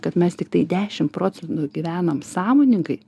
kad mes tiktai dešimt procentų gyvenam sąmoningai